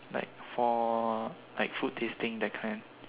like for like food tasting that kind ah